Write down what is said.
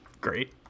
Great